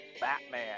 Batman